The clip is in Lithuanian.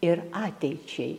ir ateičiai